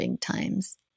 times